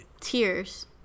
Tears